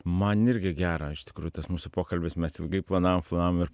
man irgi gera iš tikrųjų tas mūsų pokalbis mes ilgai planavom planavom ir